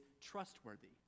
trustworthy